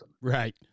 Right